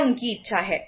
यह उनकी इच्छा है